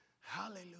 Hallelujah